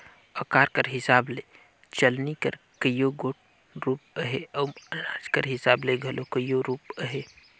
अकार कर हिसाब ले चलनी कर कइयो गोट रूप अहे अउ अनाज कर हिसाब ले घलो कइयो रूप अहे